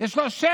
יש לו שרץ,